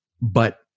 But-